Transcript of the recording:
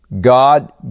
God